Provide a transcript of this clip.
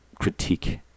critique